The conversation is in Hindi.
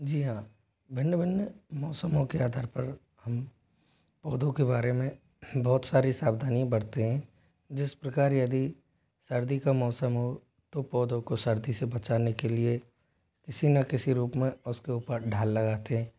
जी हाँ भिन्न भिन्न मौसमों के आधार पर हम पौधों के बारे में बहुत सारी सावधानी बरते हैं जिस प्रकार यदि सर्दी का मौसम हो तो पौधों को सर्दी से बचाने के लिए किसी न किसी रूप में उसके उपर ढाल लगाते हैं